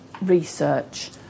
research